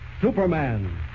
Superman